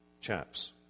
chaps